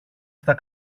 στα